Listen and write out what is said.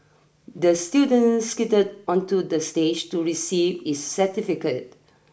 the student skated onto the stage to receive his certificate